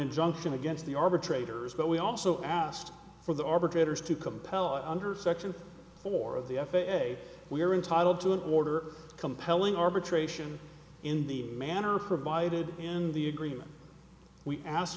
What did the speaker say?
injunction against the arbitrator's but we also asked for the arbitrator's to compel it under section four of the f a we are entitled to an order compelling arbitration in the manner provided in the agreement we ask